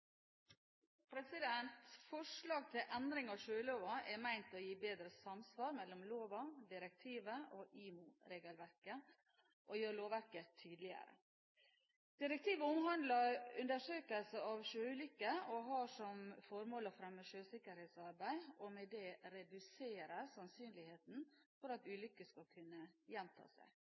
Forslag til endringer i sjøloven er ment å gi bedre samsvar mellom loven, direktivet og IMO-regelverket og gjøre lovverket tydeligere. Direktivet omhandler undersøkelse av sjøulykker og har som formål å fremme sjøsikkerhetsarbeidet og med det redusere sannsynligheten for at ulykker skal kunne gjenta seg.